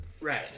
Right